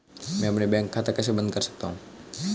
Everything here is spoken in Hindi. मैं अपना बैंक खाता कैसे बंद कर सकता हूँ?